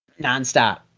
nonstop